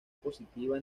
positiva